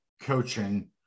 coaching